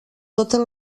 totes